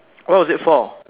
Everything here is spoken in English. what was it for